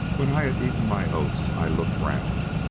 when i had eaten my oats, i looked round.